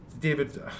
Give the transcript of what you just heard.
David